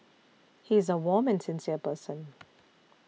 he is a warm and sincere person